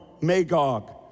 Magog